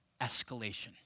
escalation